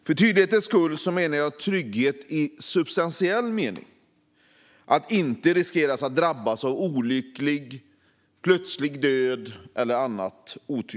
För tydlighetens skull menar jag trygghet i substantiell mening, det vill säga att inte riskera att drabbas av olyckor, plötslig död eller annat otyg.